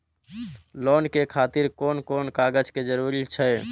Loan के खातिर कोन कोन कागज के जरूरी छै?